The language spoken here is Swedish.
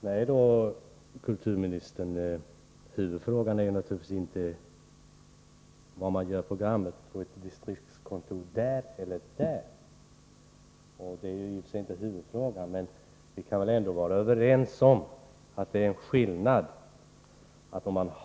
Herr talman! Vilket distriktskontor som gör programmen är naturligtvis inte huvudfrågan. Men vi kan väl vara överens om att en viss skillnad föreligger.